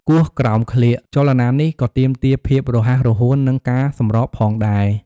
គោះក្រោមក្លៀក ចលនានេះក៏ទាមទារភាពរហ័សរហួន និងការសម្របផងដែរ។